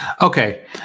Okay